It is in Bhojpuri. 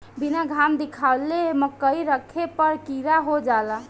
बीना घाम देखावले मकई रखे पर कीड़ा हो जाला